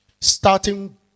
Starting